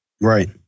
Right